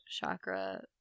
chakra